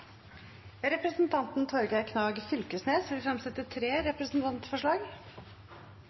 Representanten Torgeir Knag Fylkesnes vil fremsette tre representantforslag.